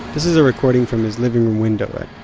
this is a recording from his living room window at